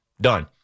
done